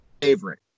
favorite